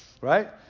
right